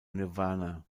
nirvana